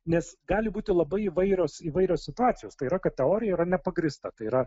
nes gali būti labai įvairios įvairios situacijos tai yra kad teorija yra nepagrįsta tai yra